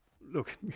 look